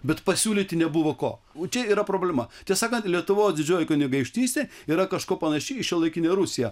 bet pasiūlyti nebuvo ko o čia yra problema tiesą sakant lietuvos didžioji kunigaikštystė yra kažkuo panaši į šiuolaikinę rusiją